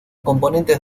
componentes